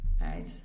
right